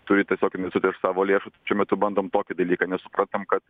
turi tiesiog investuot iš savo lėšų šiuo metu bandom tokį dalyką nes suprantam kad